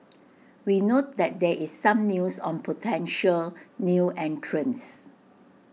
we note that there is some news on potential new entrants